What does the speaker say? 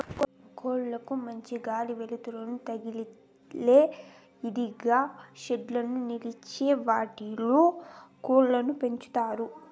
కోళ్ళ కు మంచి గాలి, వెలుతురు తదిలే ఇదంగా షెడ్లను నిర్మించి వాటిలో కోళ్ళను పెంచుతారు